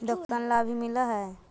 दुकान ला भी मिलहै?